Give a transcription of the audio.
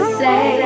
say